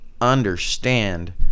understand